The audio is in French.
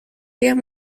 guerre